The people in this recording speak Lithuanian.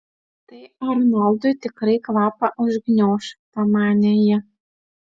tai arnoldui tikrai kvapą užgniauš pamanė ji